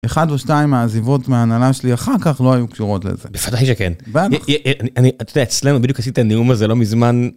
אחד או שתיים מהעזיבות מהנהלה שלי אחר כך לא היו קשורות לזה. בוודאי שכן. אני, אתה יודע, אצלנו בדיוק עשיתי את הנאום הזה לא מזמן.